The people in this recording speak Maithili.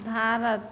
भारत